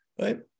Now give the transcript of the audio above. right